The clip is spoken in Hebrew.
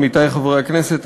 עמיתי חברי הכנסת,